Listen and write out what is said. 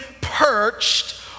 perched